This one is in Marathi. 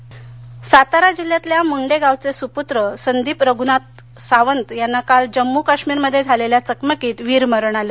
जवान शहीद सातारा जिल्ह्यातल्या मुंडे गावचे सुपुत्र संदीप रघुनाथ सावंत यांना काल जम्मू काश्मीरमध्ये झालेल्या चकमकीत वीरमरण आलं